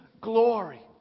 glory